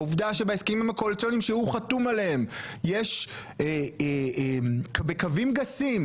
העובדה שבהסכם הקואליציוני שהוא חתום עליהם יש בקווים גסים,